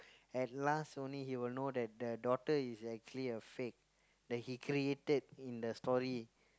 at last only he will know that the daughter is actually a fake that he created in the story